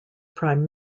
prime